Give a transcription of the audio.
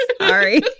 sorry